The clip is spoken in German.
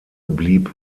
blieb